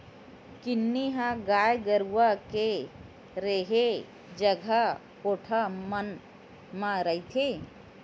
किन्नी ह गाय गरुवा के रेहे जगा कोठा मन म रहिथे